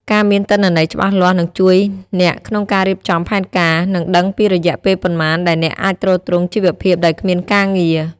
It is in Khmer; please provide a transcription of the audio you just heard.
ការមានទិន្នន័យច្បាស់លាស់នឹងជួយអ្នកក្នុងការរៀបចំផែនការ និងដឹងពីរយៈពេលប៉ុន្មានដែលអ្នកអាចទ្រទ្រង់ជីវភាពដោយគ្មានការងារ។